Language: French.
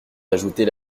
d’ajouter